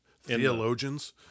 theologians